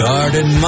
Garden